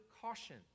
caution